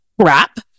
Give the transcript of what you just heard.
crap